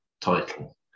title